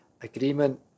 agreement